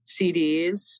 CDs